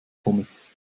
pommes